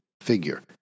figure